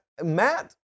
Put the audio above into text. Matt